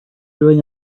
doing